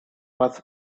was